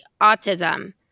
autism